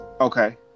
okay